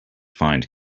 find